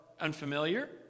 unfamiliar